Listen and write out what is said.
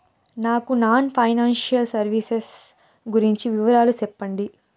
నాకు non financial services గురించి వివరాలు సెప్పండి?